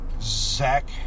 Zach